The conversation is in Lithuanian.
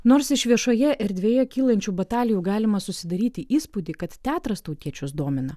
nors iš viešoje erdvėje kylančių batalijų galima susidaryti įspūdį kad teatras tautiečius domina